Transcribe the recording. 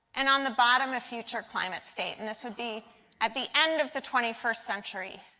and on the bottom, a future climate state. and this would be at the end of the twenty first century.